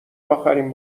اخرین